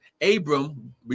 Abram